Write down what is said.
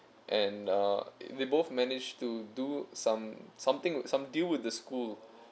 and uh they both managed to do some something some deal with the school